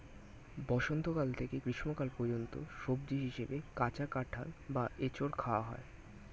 বসন্তকাল থেকে গ্রীষ্মকাল পর্যন্ত সবজি হিসাবে কাঁচা কাঁঠাল বা এঁচোড় খাওয়া হয়